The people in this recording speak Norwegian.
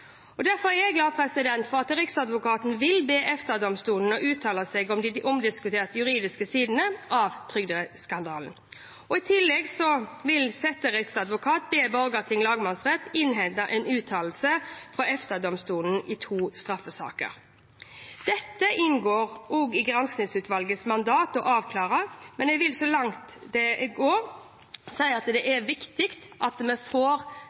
Derfor er jeg glad for at Riksadvokaten vil be EFTA-domstolen uttale seg om de omdiskuterte juridiske sidene av trygdeskandalen. I tillegg vil setteriksadvokaten vil be Borgarting lagmannsrett innhente en uttalelse fra EFTA-domstolen i to straffesaker. Det inngår også i granskningsutvalgets mandat å avklare dette, men jeg vil gå så langt som til å si at det er viktig at vi får